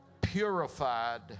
purified